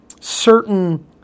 certain